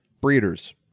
breeders